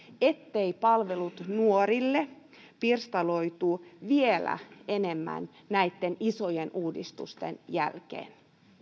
etteivät palvelut nuorille pirstaloidu vielä enemmän näitten isojen uudistusten jälkeen